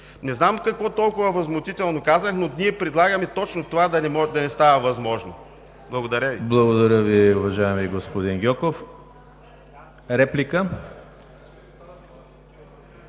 Не знам какво толкова възмутително казах, но ние предлагаме точно това да не става възможно. Благодаря Ви.